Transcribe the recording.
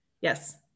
Yes